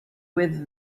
with